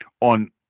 on